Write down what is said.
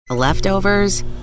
Leftovers